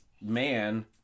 man